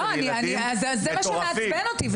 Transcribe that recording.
זה מה שמעצבן אותי.